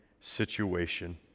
situation